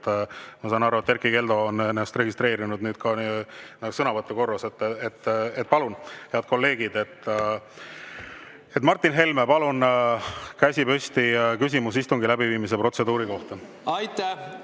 Ma saan aru, et Erkki Keldo on ennast registreerinud nüüd ka sõnavõtu korras. Palun, head kolleegid! Martin Helme, palun, käsi püsti ja küsimus istungi läbiviimise protseduuri kohta! Aitäh!